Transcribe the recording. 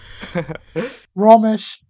Ramesh